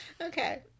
okay